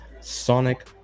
sonic